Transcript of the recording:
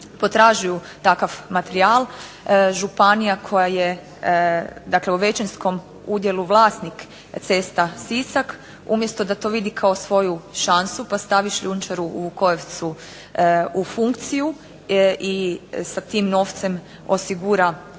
potražuju takav materijal, županija koja je dakle u većinskom udjelu vlasnik cesta Sisak, umjesto da to vidi kao svoju šansu pa stavi šljunčaru u Vukojevcu u funkciju, i sa tim novcem osigura